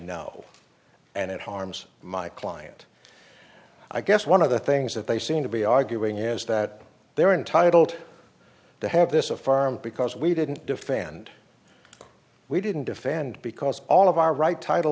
know and it harms my client i guess one of the things that they seem to be arguing is that they are entitled to have this a farm because we didn't defend we didn't defend because all of our right title